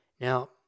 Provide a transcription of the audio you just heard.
Now